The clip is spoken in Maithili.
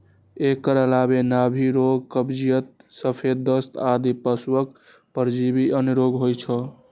एकर अलावे नाभि रोग, कब्जियत, सफेद दस्त आदि पशुक परजीवी जन्य रोग होइ छै